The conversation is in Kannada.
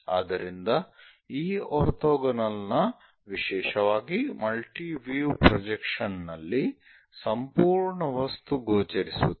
ಆದ್ದರಿಂದ ಈ ಆರ್ಥೋಗೋನಲ್ ನ ವಿಶೇಷವಾಗಿ ಮಲ್ಟಿ ವ್ಯೂ ಪ್ರೊಜೆಕ್ಷನ್ ನಲ್ಲಿ ಸಂಪೂರ್ಣ ವಸ್ತು ಗೋಚರಿಸುತ್ತದೆ